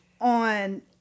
on